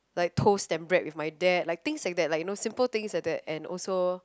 like toast and bread with my dad like things like that like you know simple things like that and also